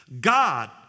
God